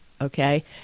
Okay